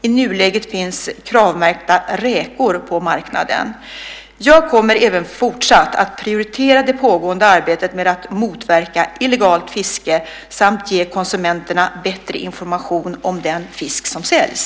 I nuläget finns Kravmärkta räkor på marknaden. Jag kommer även fortsatt att prioritera det pågående arbetet med att motverka illegalt fiske samt ge konsumenterna bättre information om den fisk som säljs.